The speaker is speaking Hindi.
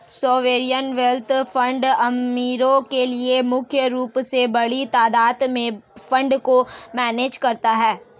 सोवेरियन वेल्थ फंड अमीरो के लिए मुख्य रूप से बड़ी तादात में फंड को मैनेज करता है